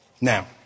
Now